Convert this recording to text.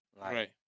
Right